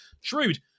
Shrewd